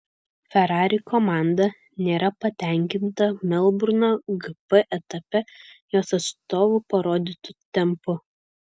ferrari komanda nėra patenkinta melburno gp etape jos atstovų parodytu tempu